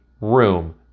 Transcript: room